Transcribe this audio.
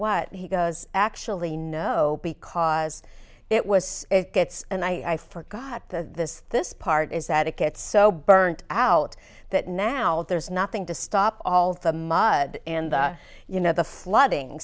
what he does actually know because it was it gets and i forgot the this part is that it gets so burnt out that now there's nothing to stop all the mud and you know the flooding